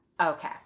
Okay